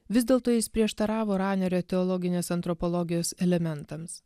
vis dėlto jis prieštaravo ranerio teologinės antropologijos elementams